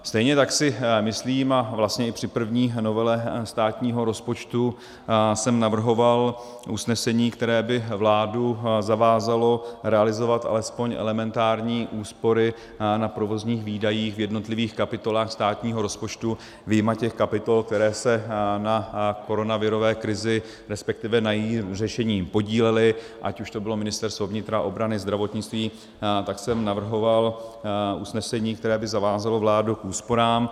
Stejně tak si myslím, a vlastně i při první novele státního rozpočtu jsem navrhoval usnesení, které by vládu zavázalo realizovat alespoň elementární úspory na provozních výdajích v jednotlivých kapitolách státního rozpočtu vyjma těch kapitol, které se na koronavirové krizi, respektive na jejím řešení podílely, ať už to byla ministerstvo vnitra, obrany, zdravotnictví, tak jsem navrhoval usnesení, které by zavázalo vládu k úsporám.